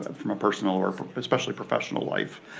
ah from a personal or especially professional life.